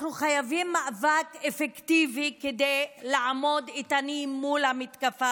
אנחנו חייבים מאבק אפקטיבי כדי לעמוד איתנים מול המתקפה